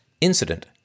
incident